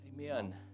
Amen